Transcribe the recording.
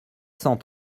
cent